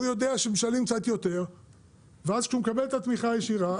הוא יודע שמשלמים קצת יותר ואז כשהוא מקבל את התמיכה הישירה,